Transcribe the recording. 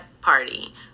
party